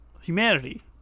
Humanity